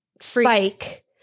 spike